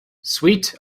sweet